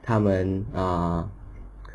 他们 ah